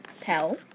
Pell